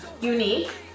unique